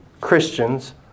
Christians